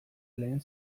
lehen